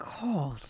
God